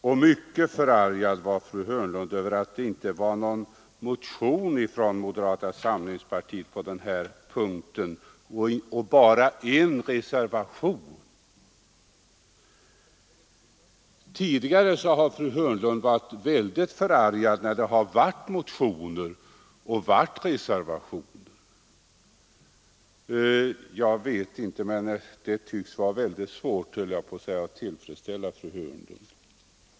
Och mycket förargad var fru Hörnlund över att det inte fanns någon motion från moderata samlingspartiet på den här punkten, och bara en reservation. Tidigare har fru Hörnlund vid flera tillfällen varit väldigt förargad när det har funnits motioner och oftast flera reservationer. Det tycks vara svårt att göra fru Hörnlund helt nöjd.